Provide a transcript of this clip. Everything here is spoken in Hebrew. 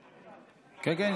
כן, כן.